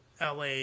LA